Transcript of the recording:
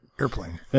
airplane